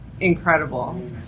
incredible